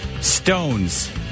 Stones